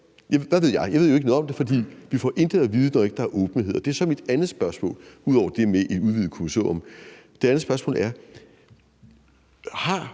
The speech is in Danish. jeg ved jo ikke noget om det, for vi får intet at vide, når ikke der er åbenhed. Det er så mit andet spørgsmål ud over det om et udvidet kommissorium, og det andet spørgsmål er: Har